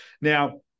Now